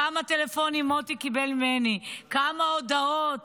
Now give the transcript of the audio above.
כמה טלפונים מוטי קיבל ממני, כמה הודעות.